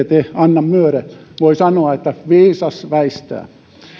te anna myöden voi sanoa että viisas väistää